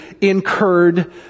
incurred